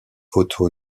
photo